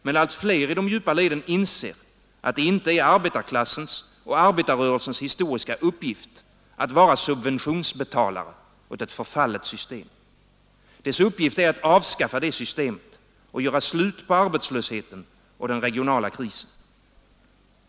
Men allt fler i de djupa leden inser att det inte är arbetarklassens och arbetarrörelsens historiska uppgift att vara subventionsbetalare åt ett förfallet system. Dess uppgift är att avskaffa det systemet och göra slut på arbetslösheten och den regionala krisen.